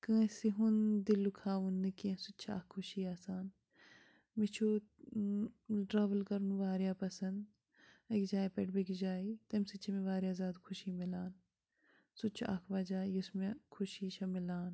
کٲنٛسہِ ہُنٛد دِل دُکھاوُن نہٕ کیٚنٛہہ سُہ تہِ چھِ اَکھ خوشی آسان مےٚ چھُ ٹرٛاوٕل کَرُن واریاہ پَسنٛد اَکہِ جایہِ پٮ۪ٹھ بیٚکِس جایہِ تَمہِ سۭتۍ چھِ مےٚ واریاہ زیادٕ خوشی مِلان سُہ تہِ چھُ اَکھ وَجہ یُس مےٚ خوشی چھےٚ مِلان